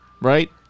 right